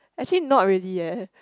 actually not really eh